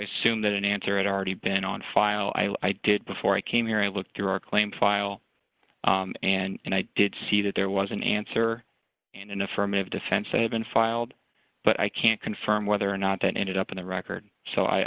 assume that an answer it already been on file i did before i came here i looked through our claim file and i did see that there was an answer in an affirmative defense i haven't filed but i can't confirm whether or not it ended up in the record so i